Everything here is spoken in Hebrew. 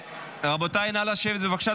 רבותיי, נא לשבת, בבקשה.